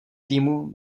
týmu